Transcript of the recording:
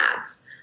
ads